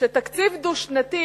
"תקציב דו-שנתי